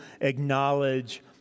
acknowledge